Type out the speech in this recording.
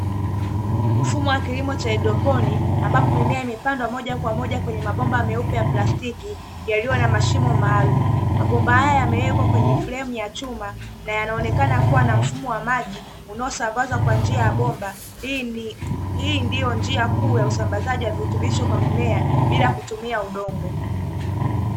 Mfumo wa kilimo cha hydroponi ambapo mimea imepandwa moja kwa moja kwenye mabomba meupe ya plastiki yaliyo na mashimo maalumu. Mabomba haya yamewekwa kwenye fremu ya chuma na yanaonekana kuwa na mfumo wa maji unaosambazwa kwa njia ya bomba. Hii ndio njia kuu ya usambazaji wa virutubisho kwa mimea bila kutumia udongo.